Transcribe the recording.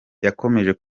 yakomeje